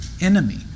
enemy